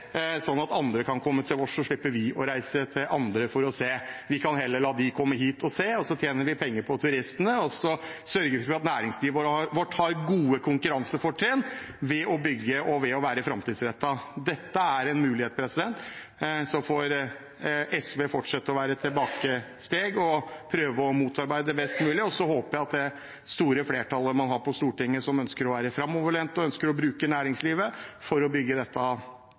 andre komme til oss, så slipper vi å reise til andre for å se. Vi kan heller la dem komme hit og se, og så tjener vi penger på turistene og sørger for at næringslivet vårt har gode konkurransefortrinn ved å bygge og ved å være framtidsrettet. Dette er en mulighet. Så får SV fortsette å være et tilbakestegsparti og prøve å motarbeide dette mest mulig. Og så håper jeg det store flertallet man har på Stortinget som ønsker å være framoverlente, og ønsker å bruke næringslivet for å bygge dette